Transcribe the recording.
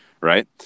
right